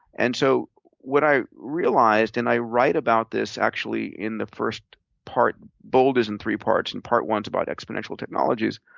and so what i realized, and i write about this actually in the first part bold is in three parts, and part one s about exponential technologies.